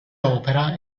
opera